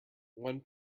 one